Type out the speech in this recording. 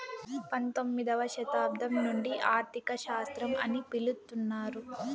పంతొమ్మిదవ శతాబ్దం నుండి ఆర్థిక శాస్త్రం అని పిలుత్తున్నారు